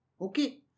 Okay